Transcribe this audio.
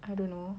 I don't know